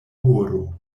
horo